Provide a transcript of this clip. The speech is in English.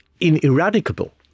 ineradicable